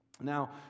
Now